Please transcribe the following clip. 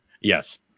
Yes